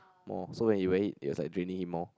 more so when he wear it it was like draining him more